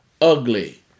ugly